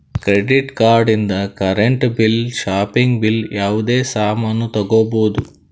credit card ಇಂದ್ current bill shopping bill ಯಾವುದೇ ಸಾಮಾನ್ನೂ ತಗೋಬೋದು